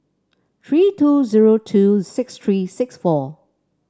three two zero two six three six four